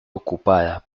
ocupada